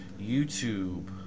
YouTube